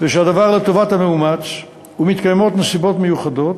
וכשהדבר לטובת המאומץ ומתקיימות נסיבות מיוחדות,